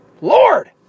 lord